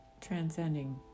transcending